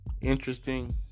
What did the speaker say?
interesting